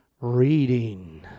reading